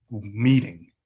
meeting